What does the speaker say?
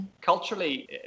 Culturally